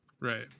Right